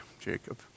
Jacob